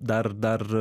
dar dar